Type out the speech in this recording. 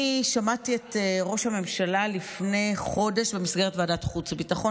אני שמעתי את ראש הממשלה לפני חודש במסגרת ועדת החוץ והביטחון.